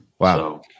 Wow